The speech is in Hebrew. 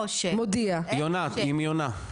יונה, עם יונה.